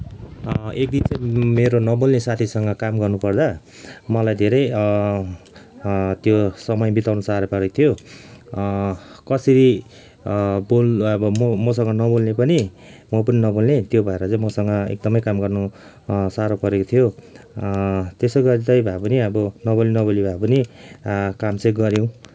एकदिन चाहिँ मेरो नबोल्ने साथीसँग काम गर्नु पर्दा मलाई धेरै त्यो समय बिताउनु साह्रो परेको थियो कसरी बोल मसँग नबोल्ने पनि म पनि नबोल्ने त्यो भएर चाहिँ मसँग एकदमै काम गर्नु साह्रो परेको थियो त्यसो गर्दै भापनि अब नबोली नबोली भापनि अब काम चाहिँ गऱ्यौँ